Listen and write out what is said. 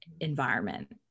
environment